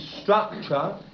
structure